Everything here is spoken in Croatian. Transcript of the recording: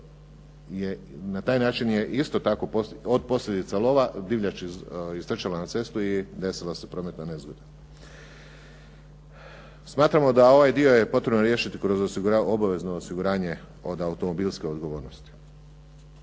na taj način je isto tako od posljedica lova divljač istrčala na cestu i desila se prometna nezgoda? Smatramo da ovaj dio je potrebno riješiti kroz obavezno osiguranje od automobilske odgovornosti.